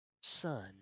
son